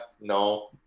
no